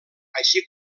així